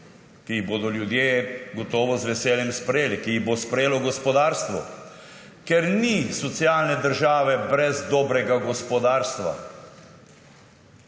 ki jih bodo ljudje gotovo z veseljem sprejeli, ki jih bo sprejelo gospodarstvo. Ker ni socialne države brez dobrega gospodarstva.